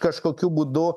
kažkokiu būdu